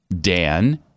Dan